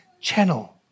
channel